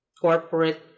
corporate